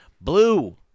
Blue